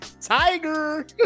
Tiger